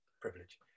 privilege